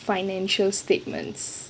financial statements